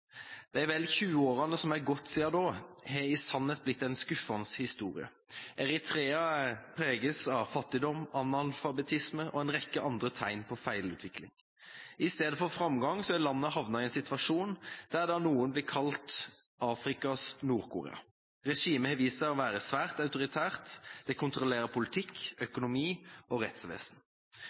De vel 20 årene som er gått siden da, har i sannhet blitt en skuffende historie. Eritrea preges av fattigdom, analfabetisme og en rekke andre tegn på feilutvikling. I stedet for framgang har landet havnet i en situasjon der det av noen blir kalt «Afrikas Nord-Korea». Regimet har vist seg å være svært autoritært. Det kontrollerer politikk, økonomi og rettsvesen.